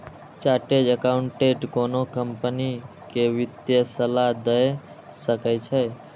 chartered accountant कोनो company कें वित्तीय सलाह दए सकै छै